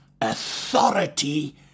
authority